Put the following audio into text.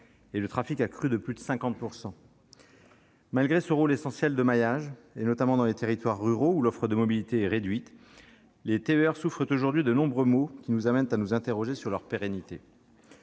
et le trafic a crû de plus de 50 %. Malgré ce rôle essentiel de maillage, notamment dans les territoires ruraux, où l'offre de mobilité est réduite, les TER souffrent aujourd'hui de nombreux maux, qui nous amènent à nous interroger sur leur pérennité.